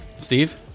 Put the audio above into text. Steve